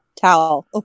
towel